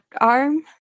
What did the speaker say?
arm